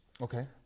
Okay